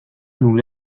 nous